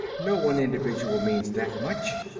no one individual means that much.